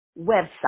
website